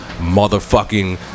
motherfucking